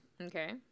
Okay